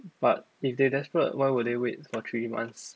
but if they desperate why would they wait for three months